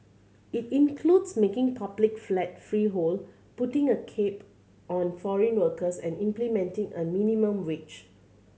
it includes making public flats freehold putting a cap on foreign workers and implementing a minimum wage